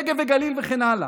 לנגב ולגליל וכן הלאה.